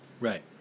Right